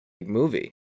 movie